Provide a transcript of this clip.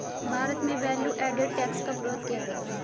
भारत में value added tax का विरोध किया गया